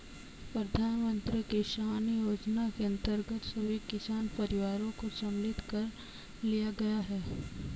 प्रधानमंत्री किसान योजना के अंतर्गत सभी किसान परिवारों को सम्मिलित कर लिया गया है